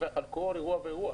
לדווח על כל אירוע ואירוע.